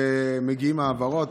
ומגיעות העברות,